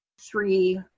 three